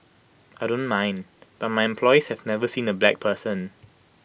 I don't mind but my employees have never seen A black person